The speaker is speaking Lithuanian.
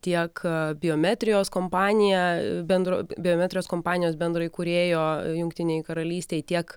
tiek biometrijos kompanija bendro biometrijos kompanijos bendraįkūrėjo jungtinėj karalystėj tiek